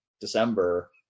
December